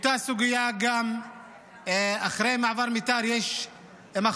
אותה סוגיה: גם אחרי מעבר מיתר יש מחסום